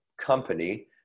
company